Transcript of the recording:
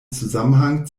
zusammenhang